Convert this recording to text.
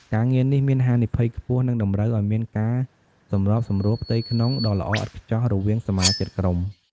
ការងារនេះមានហានិភ័យខ្ពស់ និងតម្រូវឲ្យមានការសម្របសម្រួលផ្ទៃក្នុងដ៏ល្អឥតខ្ចោះរវាងសមាជិកក្រុម។